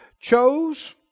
chose